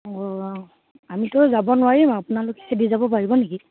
অঁ আমিতো যাব নোৱাৰিম আপোনালোকে দি যাব পাৰিব নেকি